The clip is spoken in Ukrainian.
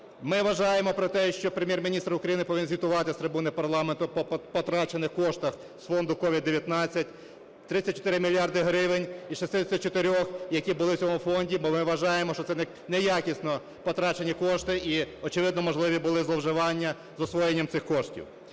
Ми вважаємо про те, що Прем'єр-міністр України повинен звітувати з трибуни парламенту по потрачених коштах з фонду COVID-19. 34 мільярди гривень із 64-х, які були в цьому фонді, бо ми вважаємо, що це неякісно потрачені кошти, і, очевидно, можливо, були зловживання з освоєнням цих коштів.